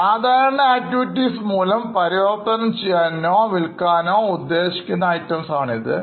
സാധാരണ ആക്ടിവിറ്റീസ് മൂലംപരിവർത്തനം ചെയ്യാനോ വിൽക്കാനോ ഉദ്ദേശിക്കുന്ന items ആണിത്